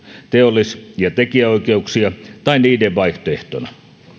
teollis ja tekijänoikeuksia tai niiden vaihtoehtona